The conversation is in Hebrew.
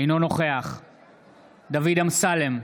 אינו נוכח דוד אמסלם,